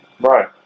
Right